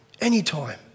anytime